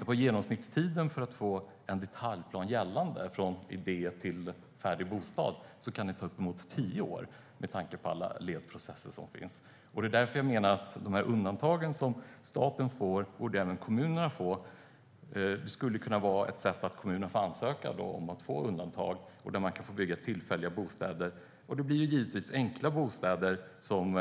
Genomsnittstiden för att få en detaljplan gällande från idé till färdig bostad kan vara uppemot tio år med tanke på alla ledprocesser som finns. De undantag som staten får borde även kommunerna få. Det skulle kunna vara ett sätt för kommunerna att ansöka om undantag för att bygga tillfälliga bostäder. Det blir givetvis enkla bostäder som